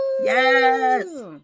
yes